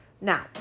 Now